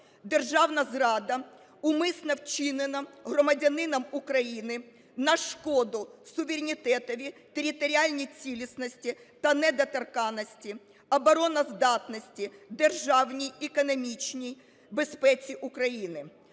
Державна зрада, умисно вчинена громадянином України на шкоду суверенітетові, територіальній цілісності та недоторканності, обороноздатності, державній економічній безпеці України.